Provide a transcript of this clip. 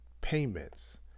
payments